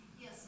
Yes